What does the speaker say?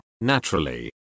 naturally